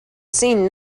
seen